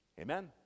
Amen